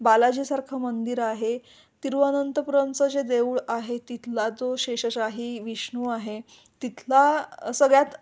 बालाजीसारखं मंदिर आहे तिरवनंतपुरमचं जे देऊळ आहे तिथला जो शेषशाही विष्णू आहे तिथला सगळ्यात